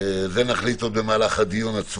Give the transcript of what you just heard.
נחליט על זה במהלך הדיון.